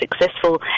successful